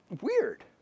weird